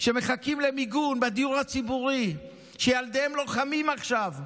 מחכים למיגון בדיור הציבורי וילדיהם לוחמים עכשיו,